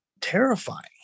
terrifying